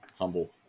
humbled